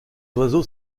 oiseaux